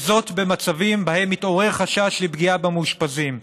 וזאת במצבים שבהם מתעורר חשש לפגיעה במאושפזים.